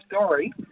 story